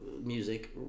music